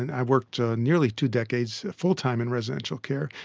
and i've worked ah nearly two decades fulltime in residential care,